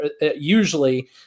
usually